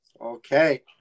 Okay